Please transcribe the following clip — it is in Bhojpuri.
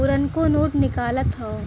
पुरनको नोट निकालत हौ